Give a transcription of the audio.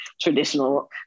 traditional